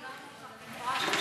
דיברנו על כך במפורש,